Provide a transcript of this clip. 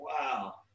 wow